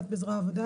בזרוע העבודה,